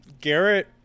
garrett